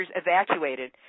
evacuated